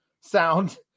sound